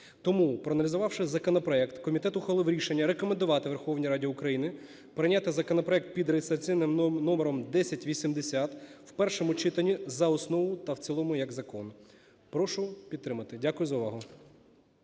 Тому, проаналізувавши законопроект, комітет ухвалив рішення, рекомендувати Верховній Раді України прийняти законопроект під реєстраційним номером 1080 в першому читанні за основу та в цілому як закон. Прошу підтримати. Дякую за увагу.